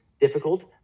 difficult